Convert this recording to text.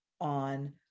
on